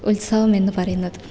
ഉത്സവം എന്ന് പറയുന്നത്